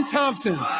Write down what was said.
Thompson